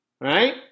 right